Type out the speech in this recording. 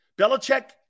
Belichick